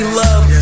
love